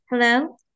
Hello